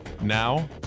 Now